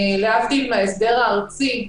להבדיל מההסדר הארצי.